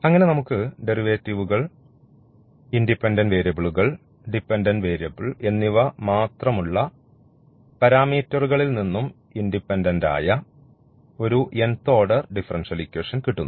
അങ്ങനെ നമുക്ക് ഡെറിവേറ്റീവ്കൾ ഇൻഡിപെൻഡൻറ് വേരിയബിളുകൾ ഡിപെൻഡൻറ് വേരിയബിൾ എന്നിവ മാത്രമുള്ള പരാമീറ്ററുകളിൽ നിന്നും ഇൻഡിപെൻഡൻറ്മായ ഒരു nth ഓർഡർ differential ഇക്വേഷൻ കിട്ടുന്നു